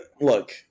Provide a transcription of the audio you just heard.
look